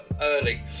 early